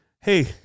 hey